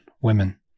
Women